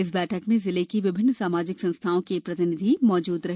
इस बैठक में जिले की विभिन्न सामाजिक संस्थाओं के प्रतिनिधि मौजूद रहे